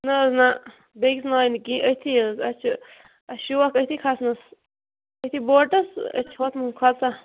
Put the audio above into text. نہ حظ نہ بیٚکِس ناوِ نہٕ کینٛہہ أتھی حظ اَسہِ چھِ اَسہِ چہِ شوق أتھی کھسنَس أتھی بوٹَس أسۍ چھِ ہوتھ منٛز کھۄژان